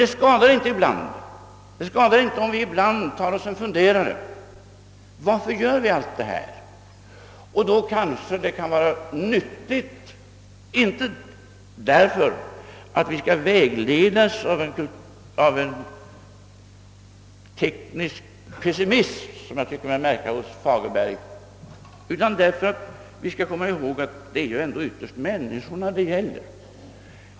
Det skadar dock inte, om vi ibland funderar över varför vi gör allt detta — inte därför att vi skall vägledas av en teknisk pessimism, som jag tycker mig märka hos Fagerberg, utan därför att vi skall komma ihåg att det ändå ytterst är människorna det gäller.